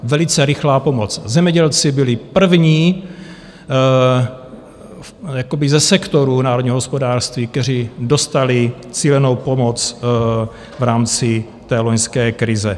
Velice rychlá pomoc, zemědělci byli první ze sektoru národního hospodářství, kteří dostali cílenou pomoc v rámci té loňské krize.